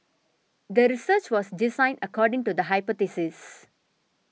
the research was designed according to the hypothesis